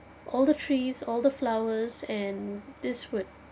all the trees all the flowers and this would